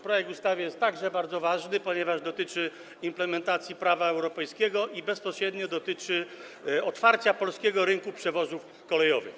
Projekt ustawy jest bardzo ważny, ponieważ dotyczy implementacji prawa europejskiego i bezpośrednio dotyczy też otwarcia polskiego rynku przewozów kolejowych.